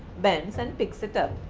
bends and picks it up.